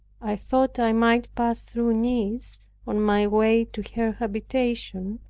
i thought i might pass through nice on my way to her habitation,